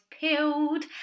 peeled